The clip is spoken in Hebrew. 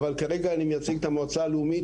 אבל כרגע אני מייצג את המועצה הלאומית,